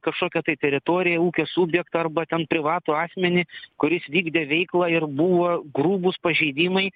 kažkokią tai teritoriją ūkio subjektą arba ten privatų asmenį kuris vykdė veiklą ir buvo grubūs pažeidimai